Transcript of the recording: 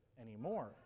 anymore